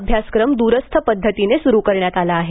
अभ्यासक्रम द्रस्थ पद्धतीने सुरू करण्यात आला आहे